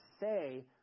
say